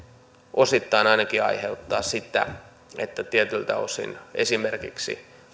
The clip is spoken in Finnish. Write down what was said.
osittain aiheuttaa sitä että tietyiltä osin esimerkiksi